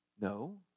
No